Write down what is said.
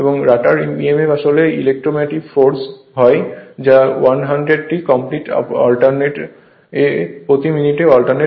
rotor emf আসলে electromotive force হয় যা 100 টি কমপ্লিট অল্টারনেট এ প্রতি মিনিটে অল্টারনেট করে